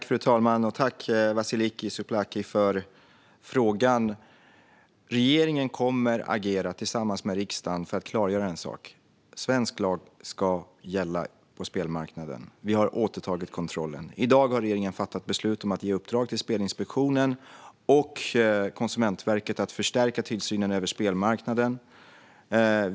Fru talman! Tack, Vasiliki Tsouplaki, för frågan! Regeringen kommer tillsammans med riksdagen att agera för att klargöra en sak: Svensk lag ska gälla på spelmarknaden. Vi har återtagit kontrollen. I dag har regeringen fattat beslut om att ge i uppdrag till Spelinspektionen och Konsumentverket att förstärka tillsynen av spelmarknaden.